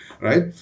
right